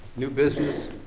new business,